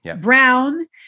Brown